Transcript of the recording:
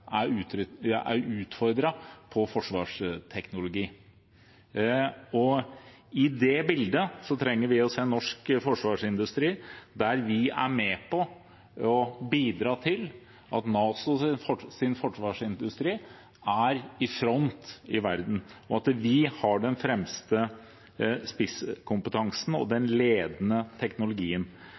er utfordret på forsvarsteknologi. I det bildet trenger vi en norsk forsvarsindustri der vi er med på å bidra til at NATOs forsvarsindustri er i front i verden, og at vi har den fremste spisskompetansen og den ledende teknologien.